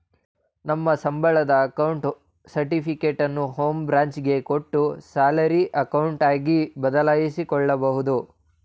ನಮ್ಮ ಸಂಬಳದ ಅಕೌಂಟ್ ಸರ್ಟಿಫಿಕೇಟನ್ನು ಹೋಂ ಬ್ರಾಂಚ್ ಗೆ ಕೊಟ್ಟು ಸ್ಯಾಲರಿ ಅಕೌಂಟ್ ಆಗಿ ಬದಲಾಯಿಸಿಕೊಬೋದು